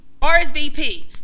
RSVP